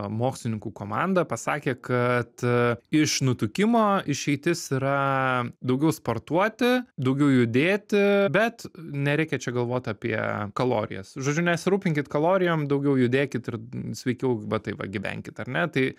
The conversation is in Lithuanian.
mokslininkų komanda pasakė kad e iš nutukimo išeitis yra daugiau sportuoti daugiau judėti bet nereikia čia galvot apie kalorijas žodžiu nesirūpinkit kalorijom daugiau judėkit ir sveikiau va taip va gyvenkit ar ne tai